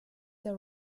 der